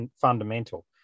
fundamental